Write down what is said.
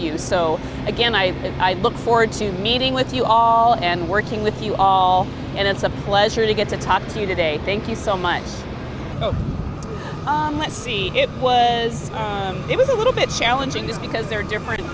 you so again i i look forward to meeting with you all and working with you all and it's a pleasure to get to talk to you today thank you so much let's see it was it was a little bit challenging just because there are different